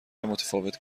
متفاوت